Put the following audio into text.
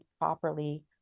properly